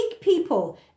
people